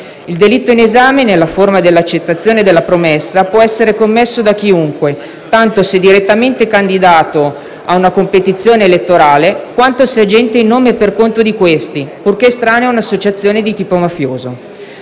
Il delitto in esame, nella forma della accettazione della promessa, può essere commesso da chiunque, tanto se direttamente candidato ad una competizione elettorale, quanto se agente in nome e per conto di questi, purché estraneo a un'associazione di tipo mafioso.